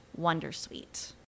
Wondersuite